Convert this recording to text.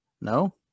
No